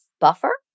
buffer